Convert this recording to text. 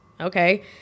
okay